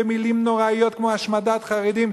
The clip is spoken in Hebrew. עם מלים נוראיות כמו השמדת חרדים,